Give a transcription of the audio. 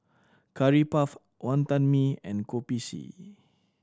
Curry Puff Wonton Mee and Kopi C